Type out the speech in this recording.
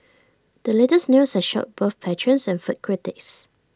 the latest news has shocked both patrons and food critics